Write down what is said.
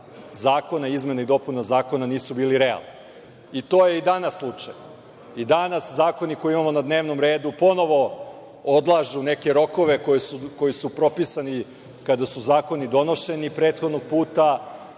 zakona, izmena i dopuna zakona, nisu bili realni. To je i danas slučaj. I danas zakoni koje imamo na dnevnom redu ponovo odlažu neke rokove koji su propisani kada su zakoni donošeni prethodnog puta,